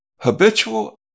Habitual